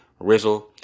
Rizzle